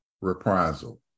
reprisal